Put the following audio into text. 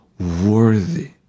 Worthy